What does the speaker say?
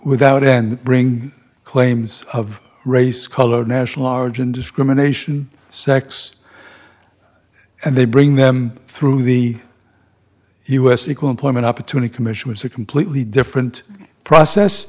without end bring claims of race color or national origin discrimination sex and they bring them through the u s equal employment opportunity commission is a completely different process